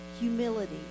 humility